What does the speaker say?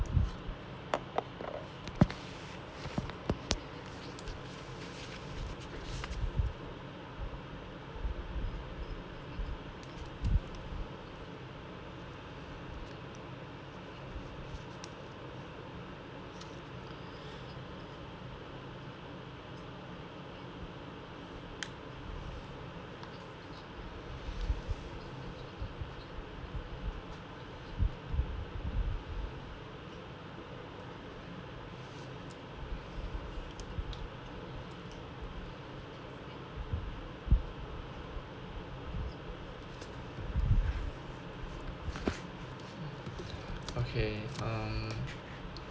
okay um